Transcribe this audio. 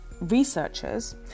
researchers